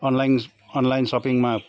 online online सपिङमा